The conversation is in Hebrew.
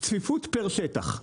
צפיפות פר שטח,